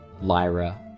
Lyra